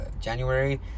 January